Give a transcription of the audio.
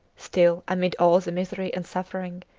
still, amid all the misery and suffering,